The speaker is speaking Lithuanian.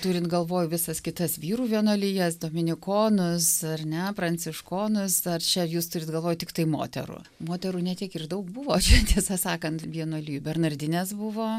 turit galvoj visas kitas vyrų vienuolijas dominikonus ar ne pranciškonus ar čia jūs turit galvoj tiktai moterų moterų ne tiek ir daug buvo čia tiesą sakant vienuolijų bernardinės buvo